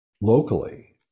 locally